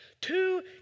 Two